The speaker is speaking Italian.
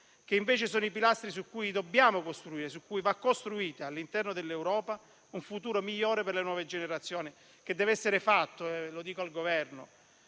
che invece sono i pilastri su cui dobbiamo costruire e su cui va costruito, all'interno dell'Europa, un futuro migliore per le nuove generazioni. E dico al Governo